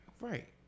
Right